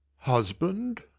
husband!